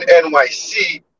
NYC